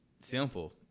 simple